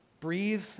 breathe